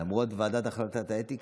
למרות החלטת ועדת האתיקה,